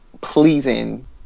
pleasing